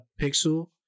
Pixel